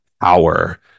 power